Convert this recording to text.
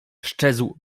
sczezł